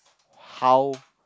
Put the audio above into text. how